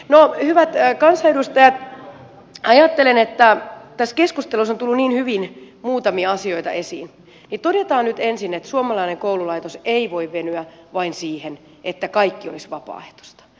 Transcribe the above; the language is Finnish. hyvät kansanedustajat ajattelen että tässä keskustelussa on tullut niin hyvin muutamia asioita esiin että todetaan nyt ensin että suomalainen koululaitos ei vain voi venyä siihen että kaikki olisi vapaaehtoista